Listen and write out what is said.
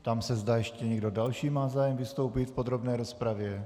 Ptám se, zda ještě někdo další má zájem vystoupit v podrobné rozpravě.